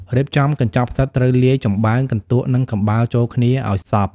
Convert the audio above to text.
រៀបចំកញ្ចប់ផ្សិតត្រូវលាយចម្បើង កន្ទក់ និងកំបោរចូលគ្នាឲ្យសព្វ។